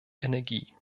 energie